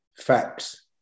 facts